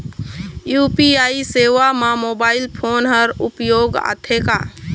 UPI सेवा म mobile phone हर उपयोग आथे का?